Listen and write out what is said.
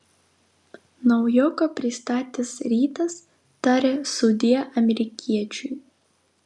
naujoką pristatęs rytas taria sudie amerikiečiui